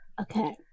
Okay